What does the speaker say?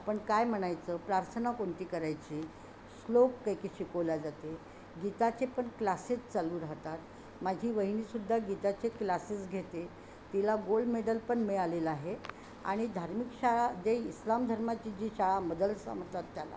आपण काय म्हणायचं प्रार्थना कोणती करायची श्लोक काय की शिकवल्या जाते गीताचे पण क्लासेस चालू राहतात माझी वहिनीसुद्धा गीताचे क्लासेस घेते तिला गोल्ड मेडल पण मिळालेलं आहे आणि धार्मिक शाळा जे इस्लाम धर्माची जी शाळा मदरसा म्हणतात त्याला